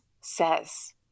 says